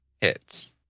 hits